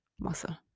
muscle